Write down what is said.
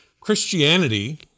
Christianity